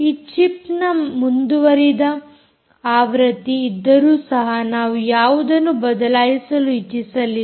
ಈ ಚಿಪ್ ನ ಮುಂದುವರಿದ ಆವೃತ್ತಿ ಇದ್ದರೂ ಸಹ ನಾವು ಯಾವುದನ್ನೂ ಬದಲಾಯಿಸಲು ಇಚ್ಛಿಸಲಿಲ್ಲ